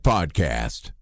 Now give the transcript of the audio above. Podcast